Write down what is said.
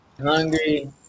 hungry